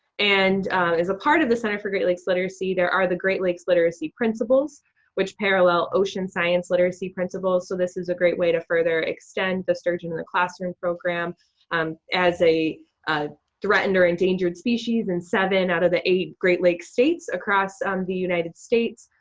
and as a part of the center for great lakes literacy, there are the great lakes literacy principles which parallel ocean science literacy principles, so this is a great way to further extend the sturgeon in the classroom program um as a a threatened or endangered species, and seven out of the eight great lake states across um the united states.